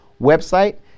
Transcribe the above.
website